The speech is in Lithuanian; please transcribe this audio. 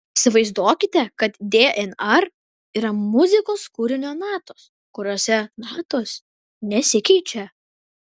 įsivaizduokite kad dnr yra muzikos kūrinio natos kuriose natos nesikeičia